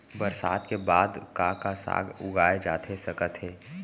बरसात के बाद का का साग उगाए जाथे सकत हे?